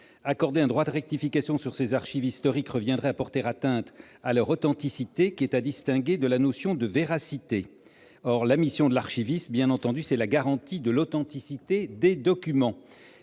accorder un droit de rectification sur ces archives historiques reviendrait à porter atteinte à leur authenticité, qui est à distinguer de la notion de véracité, or la mission de l'archiviste, bien entendu, c'est la garantie de l'authenticité des documents